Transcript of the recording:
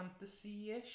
fantasy-ish